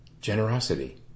generosity